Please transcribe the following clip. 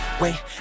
wait